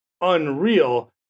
unreal